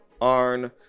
Arn